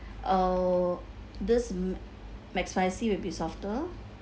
uh this ma~ mac spicy will be softer